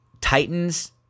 Titans